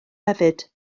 hefyd